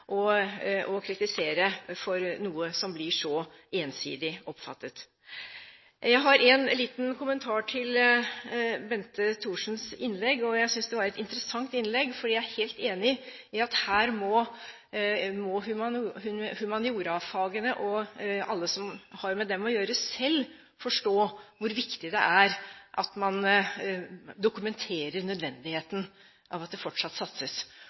å kritisere for noe som blir så ensidig oppfattet. Jeg har en liten kommentar til Bente Thorsens innlegg. Jeg syntes det var et interessant innlegg, for jeg er helt enig i at her må humaniora-fagene og alle som har med dem å gjøre, selv forstå hvor viktig det er at man dokumenterer nødvendigheten av at det fortsatt satses